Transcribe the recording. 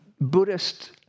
Buddhist